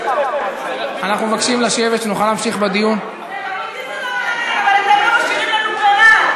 אנחנו מבינים את ההתרגשות בשעה הזאת של הלילה.